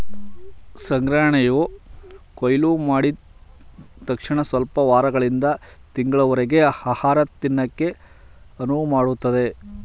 ಸಂಗ್ರಹಣೆಯು ಕೊಯ್ಲುಮಾಡಿದ್ ತಕ್ಷಣಸ್ವಲ್ಪ ವಾರಗಳಿಂದ ತಿಂಗಳುಗಳವರರ್ಗೆ ಆಹಾರನ ತಿನ್ನಕೆ ಅನುವುಮಾಡ್ತದೆ